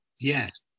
Yes